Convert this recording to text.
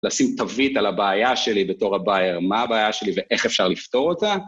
לשים תווית על הבעיה שלי בתור הבעיה, מה הבעיה שלי ואיך אפשר לפתור אותה.